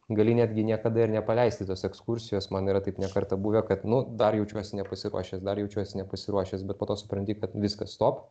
gali netgi niekada ir nepaleisti tos ekskursijos man yra taip ne kartą buvę kad nu dar jaučiuosi nepasiruošęs dar jaučiuosi nepasiruošęs bet po to supranti kad viskas stop